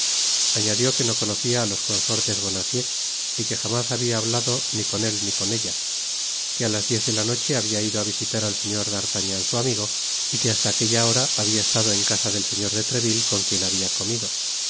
añadió que no conocia á los consortes bonacieux y que jamás habia hablado ni con él ni con ella que á las diez de la noche habia ido á visitar al señor d'artagnan su amigo y que hasta aquella hora habia estado en casa del señor de treville con quien habia comido